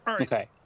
Okay